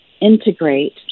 integrate